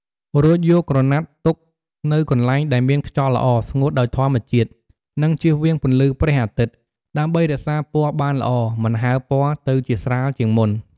រួចយកក្រណាត់ទុកនៅកន្លែងដែលមានខ្យល់ល្អ ស្ងួតដោយធម្មជាតិ និងជៀសវាងពន្លឺព្រះអាទិត្យ ដើម្បីរក្សាពណ៌បានល្អ មិនហើរពណ៌ទៅជាស្រាលជាងមុន។